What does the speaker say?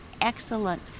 excellent